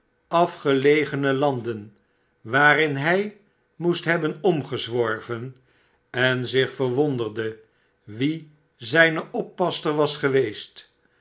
afgelegene landen waarin hij moest hebben omgezworven en zich verwonderde wie zijne oppasster was geweest